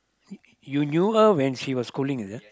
y~ you knew her when she was schooling is it